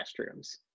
restrooms